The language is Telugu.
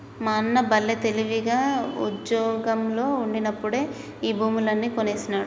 మా అన్న బల్లే తెలివి, ఉజ్జోగంలో ఉండినప్పుడే ఈ భూములన్నీ కొనేసినాడు